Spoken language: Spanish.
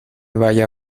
vaya